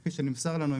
וכפי שנמסר לנו,